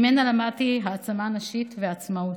ממנה למדתי העצמה נשית ועצמאות.